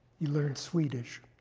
he learned swedish.